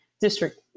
district